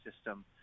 system